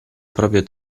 proprio